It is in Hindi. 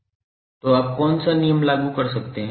तो आप कौन सा नियम लागू कर सकते हैं